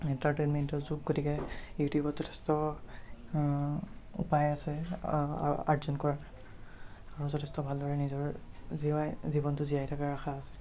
এন্টাৰটেনমেইণ্টৰ যুগ গতিকে ইউটিউবত যথেষ্ট উপায় আছে আৰ্জন কৰাৰ আৰু যথেষ্ট ভালদৰে নিজৰ জীৱনটো জীয়াই থকাৰ আশা আছে